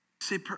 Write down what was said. Say